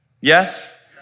Yes